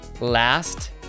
last